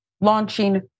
launching